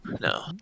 No